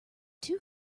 two